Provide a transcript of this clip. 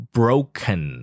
broken